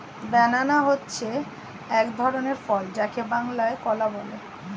banana হচ্ছে এক ধরনের ফল যাকে বাংলায় কলা বলে